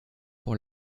pour